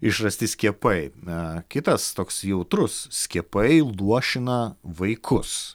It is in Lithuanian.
išrasti skiepai na kitas toks jautrus skiepai luošina vaikus